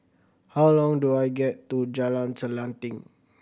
how long do I get to Jalan Selanting